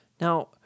Now